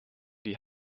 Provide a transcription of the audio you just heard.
die